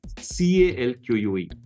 C-A-L-Q-U-E